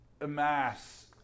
amass